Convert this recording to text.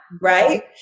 Right